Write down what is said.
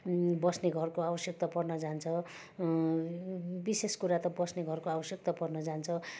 बस्ने घरको आवश्यकता पर्न जान्छ विशेष कुरा त बस्ने घरको आवश्यकता पर्न जान्छ